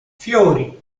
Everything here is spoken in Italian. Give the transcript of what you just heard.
fiori